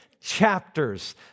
Chapters